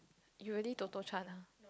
you really Totto-chan ah